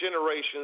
generations